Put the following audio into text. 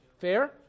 Fair